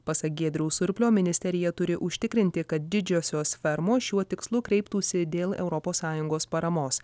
pasak giedriaus surplio ministerija turi užtikrinti kad didžiosios fermos šiuo tikslu kreiptųsi dėl europos sąjungos paramos